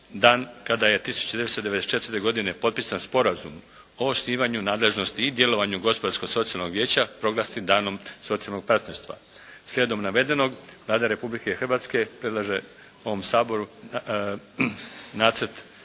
dan kada je 1994. godine potpisan Sporazum o osnivanju nadležnosti i djelovanju Gospodarsko-socijalnog vijeća proglasi Danom socijalnog partnerstva. Slijedom navedenog Vlada Republike Hrvatske predlaže ovom Saboru Nacrt